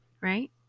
right